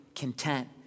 content